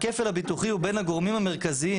הכפל הביטוחי הוא בין הגורמים המרכזיים